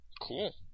Cool